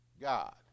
God